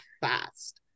fast